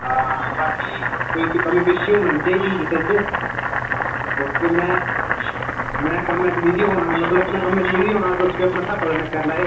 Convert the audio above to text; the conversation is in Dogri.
हां ते बाकी कोई कमी पेशी होना निं चाहिदी किसै च क्योंकि में में कम्मै च बिजी होना मतलब अपने कम्मै च बिजी होना तुस भी अपने स्हाबै कन्नै करी लैएओ